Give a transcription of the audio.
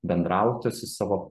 bendrauti su savo